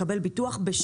לקבל ביטוח,